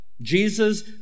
Jesus